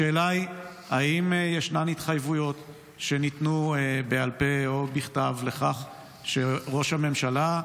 השאלה היא: האם ישנן התחייבויות שניתנו בעל פה או בכתב לכך שראש הממשלה,